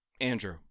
Andrew